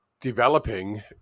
developing